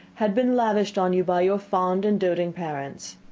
had been lavished on you by your fond and doting parents.